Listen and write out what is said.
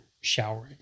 showering